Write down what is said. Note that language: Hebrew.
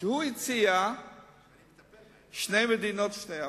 והוא הציע שתי מדינות לשני עמים,